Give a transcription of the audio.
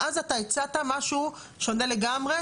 ואז אתה הצעת משהו שונה לגמרי,